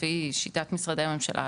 לפי שיטת משרדי הממשלה,